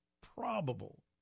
probable